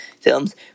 films